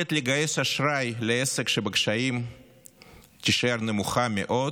היכולת לגייס אשראי לעסק שבקשיים תישאר נמוכה מאוד,